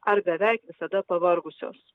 ar beveik visada pavargusios